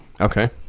Okay